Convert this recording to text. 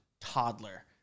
toddler